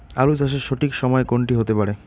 আলু চাষের সঠিক সময় কোন টি হতে পারে?